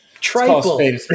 Triple